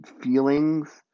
feelings